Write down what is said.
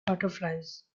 butterflies